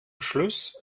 schluss